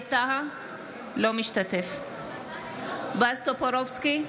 ווליד טאהא, אינו משתתף בהצבעה בועז טופורובסקי,